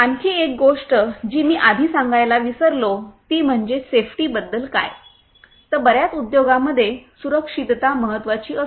आणखी एक गोष्ट जी मी आधी सांगायला विसरलो ती म्हणजे सेफ्टी बद्दल काय तर बर्याच उद्योगांमध्ये सुरक्षितता महत्वाची असते